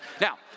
Now